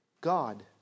God